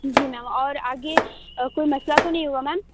جی ma'am اور آگے کوئی مسئلہ تو نہیں ہوگا میم